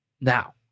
Now